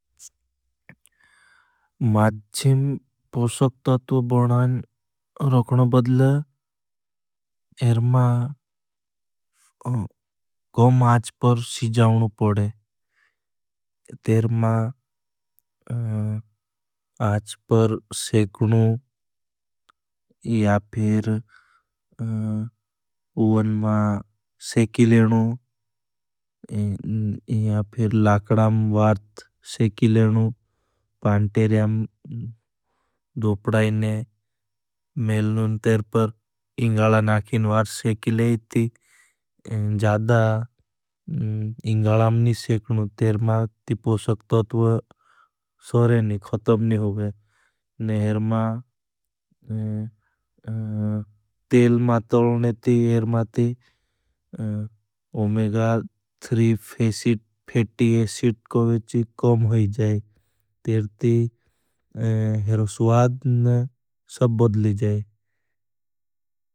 माच्छें पूछक तत्व बनान रोखना बदल एरमा गो माच पर सिजावनु पड़े। माच्छें पूछक तत्व बनान रोखना बदल एरमा गो माच्छें पूछक तत्व बनान रोखना बदल एरमा गो माच्छें पूछक तत्व बनान रोखना बदल एरमा गो माच्छें पूछक तत्व बनान रोखना बदल एरमा गो माच्छें पूछक तत्व बनान रोखना तेर माच्छें पूछक तत्व सोरे नी ख़तम नी हो बहे ने एरमा तेल मा तलने ती एरमा ती ओमेगा थ्री फेटी ऐसिट को बेची कम होई जाए तेर ती एरमा सुआदन सब बदली जाए।